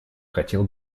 хотела